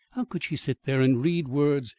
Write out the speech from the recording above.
how could she sit there and read words,